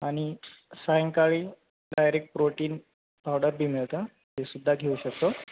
आणि सायंकाळी direct protein powder बी मिळतं ते सुुद्धा घेऊ शकतो